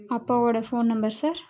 அப்பாவோடய phone number sir